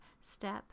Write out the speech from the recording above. step